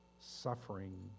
suffering